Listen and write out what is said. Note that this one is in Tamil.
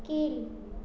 கீழ்